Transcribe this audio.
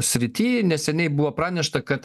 srity neseniai buvo pranešta kad